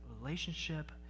relationship